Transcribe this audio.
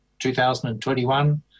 2021